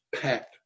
packed